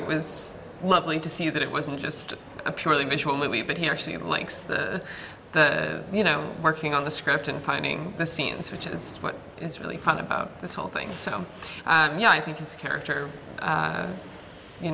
it was lovely to see that it wasn't just a purely visual movie but he or she likes the you know working on the script and finding the scenes which is what is really fun about this whole thing so yeah i think this character